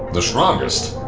the strongest!